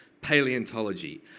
paleontology